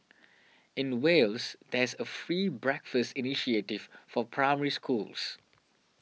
in Wales there is a free breakfast initiative for Primary Schools